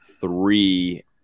three